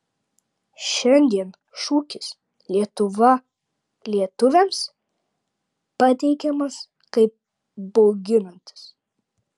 šiandien šūkis lietuva lietuviams pateikiamas kaip bauginantis